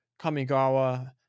Kamigawa